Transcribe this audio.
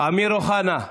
אמיר אוחנה,